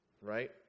Right